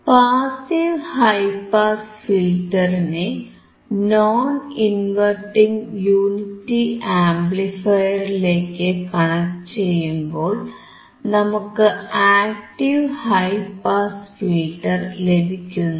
passive high pass ഫിൽറ്ററിനെ non inverting unity ആംപ്ലിഫയറിലേക്കു connect ചെയ്യുമ്പോൾ നമുക്ക് ആക്ടീവ് ഹൈ പാസ് ഫിൽറ്റർ ലഭിക്കുന്നു